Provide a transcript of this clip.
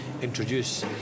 introduce